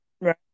Right